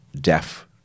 deaf